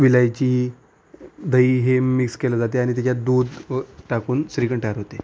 विलायची दही हे मिक्स केलं जाते आणि त्याच्यात दूध टाकून श्रीखंड तयार होते